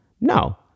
No